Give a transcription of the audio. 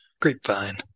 Grapevine